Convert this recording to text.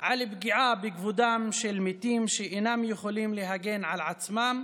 על פגיעה בכבודם של מתים שאינם יכולים להגן על עצמם,